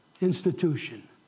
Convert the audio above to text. institution